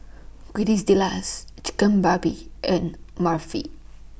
Quesadillas Chigenabe and Barfi